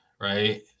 right